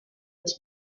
its